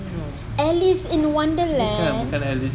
alice in wonderland